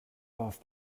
off